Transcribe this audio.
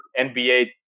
NBA